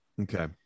Okay